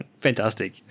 fantastic